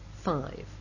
five